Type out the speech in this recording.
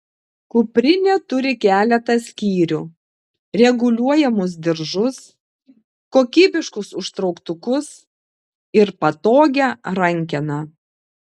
kuprinė turi keletą skyrių reguliuojamus diržus kokybiškus užtrauktukus ir patogią rankeną